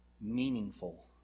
meaningful